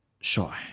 Sure